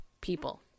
people